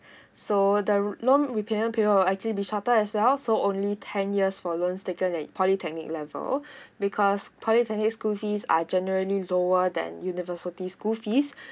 so the loan repayment period will actually be shorter as well so only ten years for loans taken at polytechnic level because polytechnics school fees are generally lower than university school fees